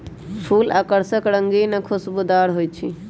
फूल आकर्षक रंगीन आ खुशबूदार हो ईछई